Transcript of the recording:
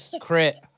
Crit